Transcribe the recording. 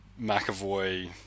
McAvoy